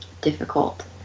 difficult